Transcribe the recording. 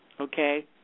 Okay